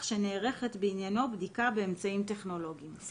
שנערכת בעניינו בדיקה באמצעים טכנולוגיים.".